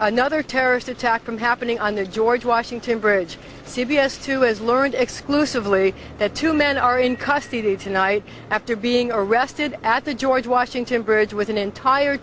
another terrorist attack from happening on the george washington bridge c b s two has learned exclusively that two men are in custody tonight after being arrested at the george washington bridge with an entire